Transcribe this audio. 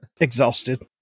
Exhausted